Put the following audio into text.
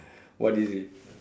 what is it